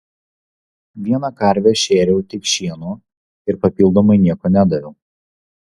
vieną karvę šėriau tik šienu ir papildomai nieko nedaviau